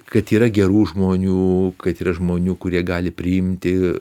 kad yra gerų žmonių kad yra žmonių kurie gali priimti